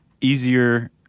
easier